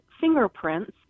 fingerprints